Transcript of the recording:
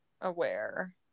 aware